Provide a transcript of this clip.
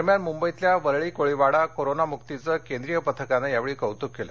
दरम्यान मुंबईतल्या वरळी कोळीवाडा कोरोनामुक्तीचं केंद्रीय पथकानं यावेळी कौतुक केलं